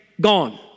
gone